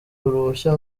uruhushya